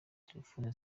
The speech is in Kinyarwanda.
telefone